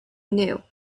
knew